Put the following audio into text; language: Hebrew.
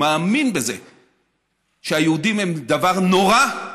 הוא מאמין שהיהודים הם דבר נורא,